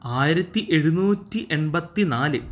ആയിരത്തി എഴുന്നൂറ്റി എൺപത്തിനാല്